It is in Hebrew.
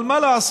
אבל מה לעשות,